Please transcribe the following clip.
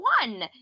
one